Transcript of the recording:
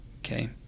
okay